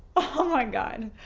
oh my god,